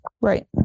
Right